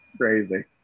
Crazy